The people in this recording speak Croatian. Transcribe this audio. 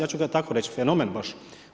Ja ću ga tako reći, fenomen baš.